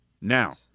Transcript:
Now